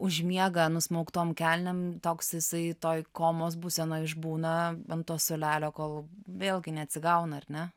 užmiega nusmauktom kelnėm toks jisai toj komos būsenoj išbūna ant to suolelio kol vėlgi neatsigauna ar ne